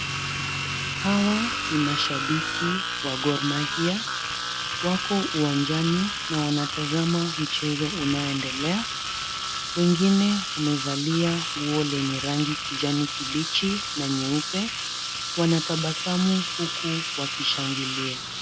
Hawa ni mashabiki wa Gor Mahia wako uwanjani na wanatazama mchezo unaoendelea. Wengine wamevalia nguo lenye rangi kijani kibichi na nyeupe. Wanatabasamu huku wakishangilia.